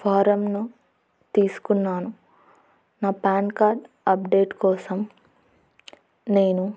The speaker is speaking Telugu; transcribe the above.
ఫారమ్ను తీసుకున్నాను నా పాన్ కార్డ్ అప్డేట్ కోసం నేను